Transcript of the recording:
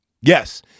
yes